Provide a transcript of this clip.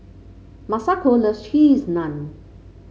Masako loves Cheese Naan